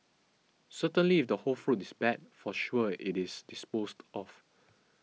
certainly if the whole fruit is bad for sure it is disposed of